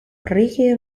ricky